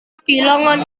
kehilangan